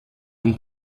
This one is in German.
ein